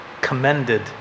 commended